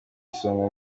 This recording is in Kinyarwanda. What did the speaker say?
isonga